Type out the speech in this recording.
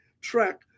track